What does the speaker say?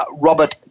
Robert